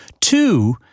Two—